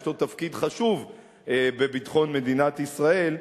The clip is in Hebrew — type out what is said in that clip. לו תפקיד חשוב בביטחון מדינת ישראל,